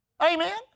Amen